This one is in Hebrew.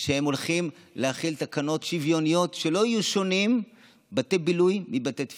שהם הולכים להחיל תקנות שוויוניות שבתי בילוי לא יהיו שונים מבתי תפילה.